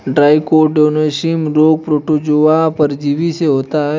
trichodinosis रोग protozoa परजीवी से होता है